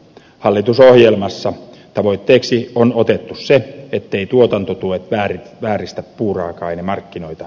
hallitusohjelmassa tavoitteeksi on otettu se etteivät tuotantotuet vääristä puuraaka ainemarkkinoita